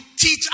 teach